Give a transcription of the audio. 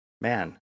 man